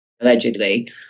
allegedly